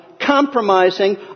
compromising